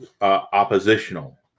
oppositional